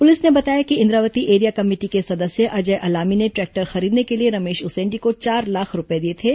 police ने बताया कि इंद्रावती एरिया कमेटी के सदस्य अजय अलामी ने द्रै क्टर खरीदने के लिए रमेश उसेंडी को चार लाख रूपये दिए थे